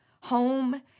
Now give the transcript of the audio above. Home